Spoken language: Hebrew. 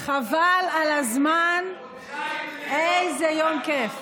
חבל על הזמן, איזה יום כיף.